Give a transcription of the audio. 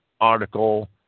article